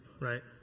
Right